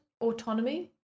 Autonomy